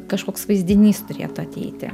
kažkoks vaizdinys turėtų ateiti